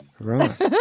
Right